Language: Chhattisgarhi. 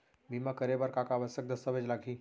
बीमा करे बर का का आवश्यक दस्तावेज लागही